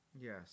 Yes